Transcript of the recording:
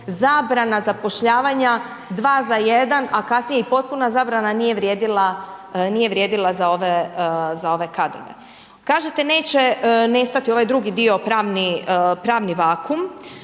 zabrana zapošljavanja dva za jedan a kasnije i potpuna zabrana nije vrijedila za ove kadrove. Kažete neće nestati ovaj drugi dio pravni vakum,